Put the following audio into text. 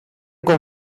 con